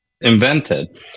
invented